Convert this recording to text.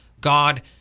God